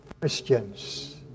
Christians